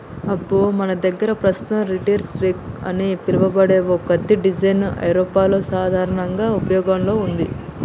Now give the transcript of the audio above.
అబ్బో మన దగ్గర పస్తుతం రీటర్ రెక్ అని పిలువబడే ఓ కత్త డిజైన్ ఐరోపాలో సాధారనంగా ఉపయోగంలో ఉంది